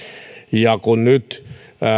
ja kun nyt